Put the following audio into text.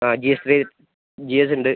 ആ G S grade G S ഉണ്ട്